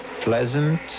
pleasant